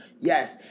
Yes